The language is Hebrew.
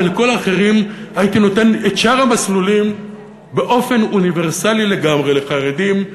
ולכל האחרים הייתי נותן את שאר המסלולים באופן אוניברסלי לגמרי: לחרדים,